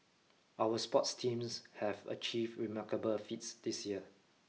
our sports teams have achieved remarkable feats this year